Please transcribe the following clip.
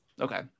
Okay